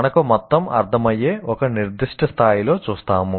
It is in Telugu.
మనకు మొత్తం అర్ధమయ్యే ఒక నిర్దిష్ట స్థాయిలో చూస్తాము